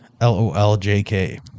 L-O-L-J-K